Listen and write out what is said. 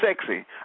sexy